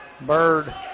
Bird